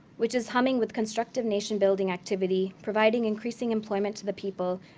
which is humming with constructive nation-building activity, providing increasing employment to the people,